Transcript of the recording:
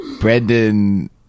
Brendan